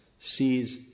sees